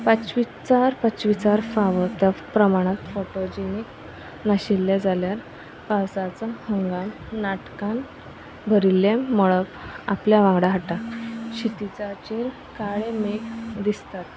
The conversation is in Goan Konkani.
पाचवीचार पाचवीचार फावो त्या प्रमाणांत फोटोजिनीक नाशिल्लें जाल्यार पावसाचो हंगाम नाटकान भरिल्लें मळब आपल्या वांगडा हाडटा शितिजाचेर काळे मेघ दिसतात